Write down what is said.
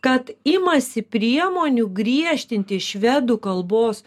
kad imasi priemonių griežtinti švedų kalbos